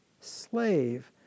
slave